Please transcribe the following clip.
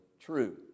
true